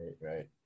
Right